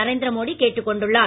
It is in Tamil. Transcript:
நரேந்திர மோடி கேட்டுக் கொண்டுள்ளார்